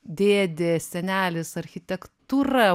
dėdė senelis architektūra